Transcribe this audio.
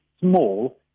small